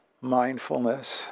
mindfulness